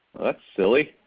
well, that's silly.